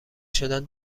شدن